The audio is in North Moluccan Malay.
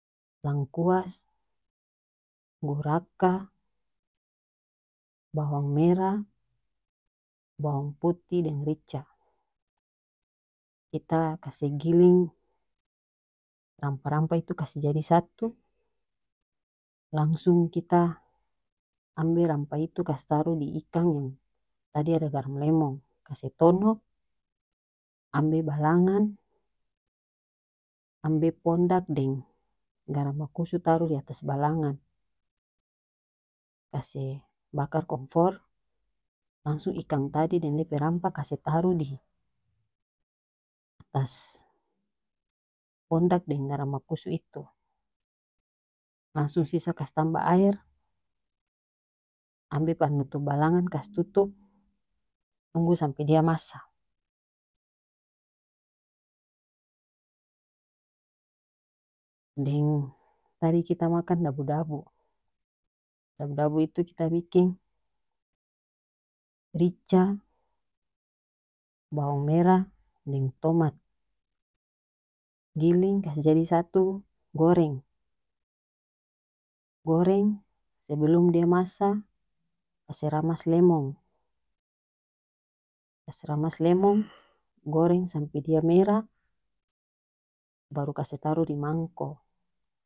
Langkuas guraka bawang merah bawang putih deng rica kita kase giling rampah rampah itu kase jadi satu langsung kita ambe rampah itu kase taru di ikang deng tadi ada garam lemong kase tonoh ambe balangan ambe pondak deng garamakusu taruh diatas balangan kase bakar komfor langsung ikang tadi deng dia pe rampah kase taruh di atas pondak deng garamakusu itu langsung sisa kase tambah aer ambe panutup balangan kas tutup tunggu sampe dia masa deng tadi kita makang dabu dabu dabu dabu itu kita biking rica bawang merah deng tomat giling kase jadi satu goreng goreng sebelum dia masa kase ramas lemong kase ramas lemong goreng sampe dia merah baru kase taruh di mangko.